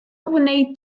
wnei